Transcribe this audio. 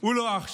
הוא לא אח שלי,